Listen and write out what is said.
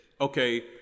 Okay